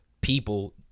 people